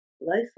life